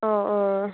অঁ অঁ